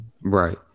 Right